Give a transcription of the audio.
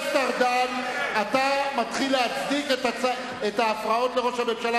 אתה מתחיל להצדיק את ההפרעות לראש הממשלה,